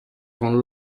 con